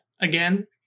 again